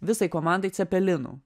visai komandai cepelinų